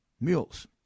mules